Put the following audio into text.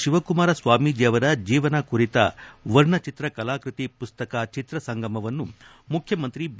ಶಿವಕುಮಾರ ಸ್ವಾಮೀಜಿ ಅವರ ಜೀವನ ಕುರಿತ ವರ್ಣಚಿತ್ರ ಕಲಾಕೃತಿ ಮಸ್ತಕ ಚಿತ್ರಸಂಗಮವನ್ನು ಮುಖ್ಚಮಂತ್ರಿ ಬಿ